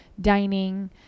dining